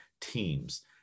teams